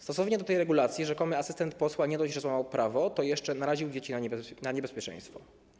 Stosownie do tej regulacji rzekomy asystent posła nie dość, że złamał prawo, to jeszcze naraził dzieci na niebezpieczeństwo.